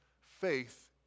faith